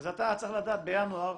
אז אתה צריך לדעת בינואר,